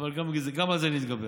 אבל גם על זה נתגבר.